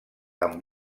amb